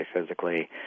physically